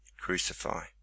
crucify